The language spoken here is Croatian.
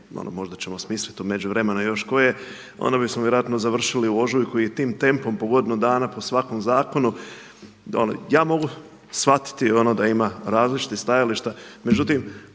možda ćemo smisliti u međuvremenu još koje, onda bismo vjerojatno završili u ožujku i tim tempom po godinu dana po svakom zakonu. Ja mogu shvatiti ono da ima različitih stajališta, međutim